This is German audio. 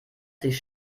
sich